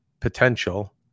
potential